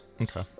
Okay